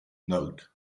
note